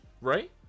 right